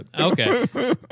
Okay